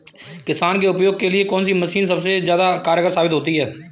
किसान के उपयोग के लिए कौन सी मशीन सबसे ज्यादा कारगर साबित होती है?